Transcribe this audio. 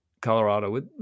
Colorado